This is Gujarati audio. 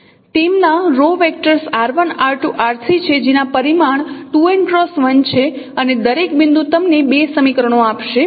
તેમના row vectors r1 r2 r3 છે જેના પરિમાણ 2n x 1 છે અને દરેક બિંદુ તમને બે સમીકરણો આપશે